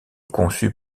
conçue